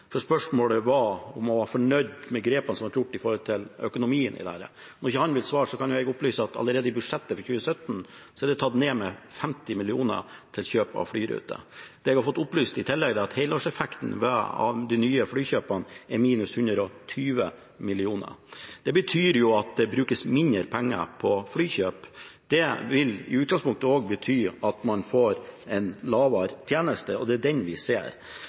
For spørsmålet var om han er fornøyd med de grepene som er tatt når det gjelder økonomien i dette. Når han ikke vil svare, kan jeg opplyse om at allerede i budsjettet for 2017 er kjøp av flyruter tatt ned med 50 mill. kr. Det jeg har fått opplyst om i tillegg, er at helårseffekten av de nye flykjøpene er minus 120 mill. kr. Det betyr at det brukes mindre penger på flykjøp. Det vil i utgangspunktet også bety at man får en dårligere tjeneste, og det er den vi ser.